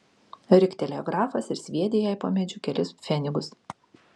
riktelėjo grafas ir sviedė jai po medžiu kelis pfenigus